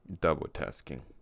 Double-tasking